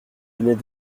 venait